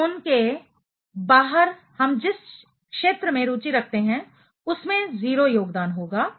zone के बाहर हम जिस क्षेत्र में रुचि रखते हैं उसमें 0 योगदान होगा